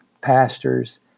pastors